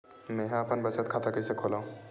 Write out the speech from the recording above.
मेंहा अपन बचत खाता कइसे खोलव?